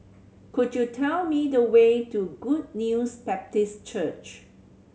could you tell me the way to Good News Baptist Church